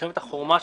מלחמת החרמה,